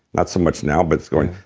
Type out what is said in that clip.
not so much now, but it's going,